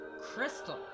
Crystal